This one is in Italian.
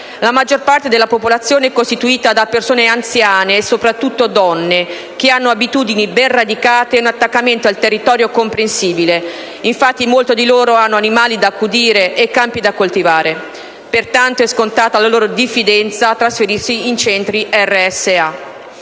La maggior parte della popolazione è costituita da persone anziane, soprattutto donne, che hanno abitudini ben radicate e un attaccamento al territorio comprensibile; infatti molti di loro hanno animali da accudire e campi da coltivare. Pertanto è scontata la loro diffidenza a trasferirsi in centri RSA.